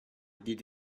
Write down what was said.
did